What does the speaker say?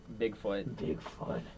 Bigfoot